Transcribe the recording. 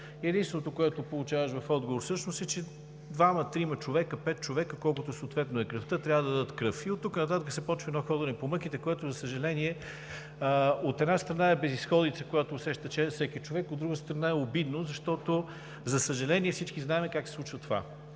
единственото, което получаваш в отговор, всъщност е, че двама-трима човека, пет човека, колкото съответно е кръвта, трябва да дадат кръв. И оттук нататък се започва едно ходене по мъките, което, за съжаление, от една страна, е безизходица, която усеща всеки човек, от друга страна, е обидно, защото, за съжаление, всички знаем как се случва това.